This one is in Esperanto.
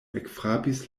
ekfrapis